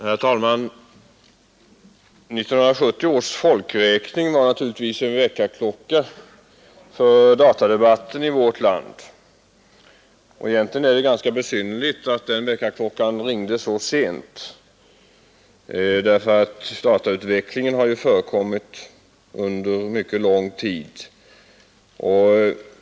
Herr talman! 1970 års folkräkning var naturligtvis en väckarklocka för datadebatten i vårt land. Egentligen är det ganska besynnerligt att den väckarklockan ringde så sent — datautvecklingen har ju pågått under mycket lång tid.